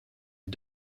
est